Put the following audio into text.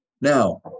Now